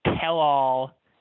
tell-all